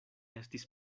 estis